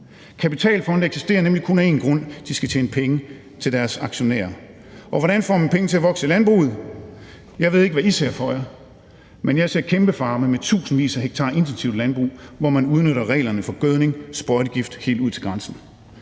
Kapitalfonde eksisterer nemlig kun af én grund: De skal tjene penge til deres aktionærer. Og hvordan får man penge til at vokse i landbruget? Jeg ved ikke, hvad I ser for jer, men jeg ser kæmpefarme med tusindvis af hektar intensivt landbrug, hvor man udnytter reglerne for gødning og sprøjtegift helt ud til grænsen.